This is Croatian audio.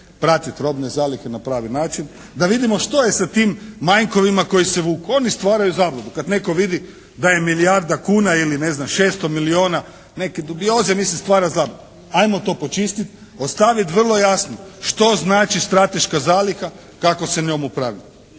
pratiti robne zalihe na pravi način. Da vidimo što je sa tim manjkovima koji se vuku. Oni stvaraju zabludu. Kad netko vidi da je milijarda kuna ili ne znam, 600 milijuna neke dubioze, mislim stvara zabludu. Ajmo to počistiti. Ostaviti vrlo jasno što znači strateška zaliha? Kako se njom upravlja?